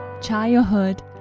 childhood